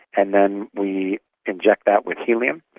and then we inject that with helium.